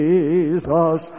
Jesus